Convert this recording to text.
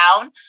down